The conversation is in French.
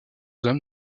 hommes